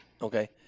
Okay